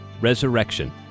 Resurrection